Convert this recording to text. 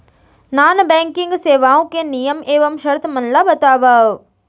non banking सेवाओं के नियम एवं शर्त मन ला बतावव